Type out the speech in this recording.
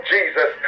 Jesus